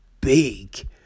big